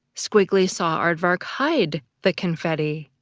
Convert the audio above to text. squiggly saw aardvark hide the confetti.